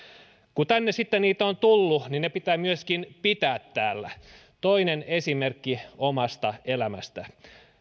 kun tänne sitten heitä on tullut niin heidät pitää myöskin pitää täällä toinen esimerkki omasta elämästä